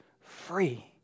free